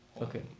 Okay